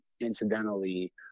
Incidentally